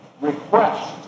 request